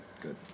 Good